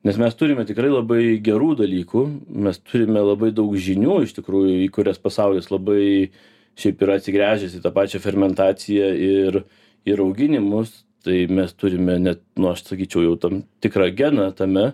nes mes turime tikrai labai gerų dalykų mes turime labai daug žinių iš tikrųjų į kurias pasaulis labai šiaip yra atsigręžęs į tą pačią fermentaciją ir ir rauginimus tai mes turime ne nu aš sakyčiau jau tam tikrą geną tame